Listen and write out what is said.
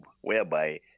whereby